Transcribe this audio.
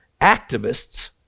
activists